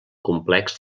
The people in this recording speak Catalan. complex